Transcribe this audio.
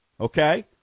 okay